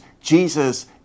Jesus